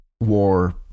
war